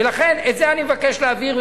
לכן את זה אני מבקש להעביר,